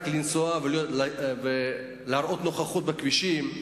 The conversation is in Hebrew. רק לנסוע ולהראות נוכחות בכבישים,